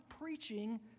preaching